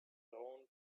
lawn